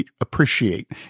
appreciate